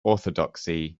orthodoxy